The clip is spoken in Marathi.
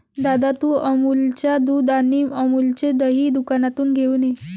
दादा, तू अमूलच्या दुध आणि अमूलचे दही दुकानातून घेऊन ये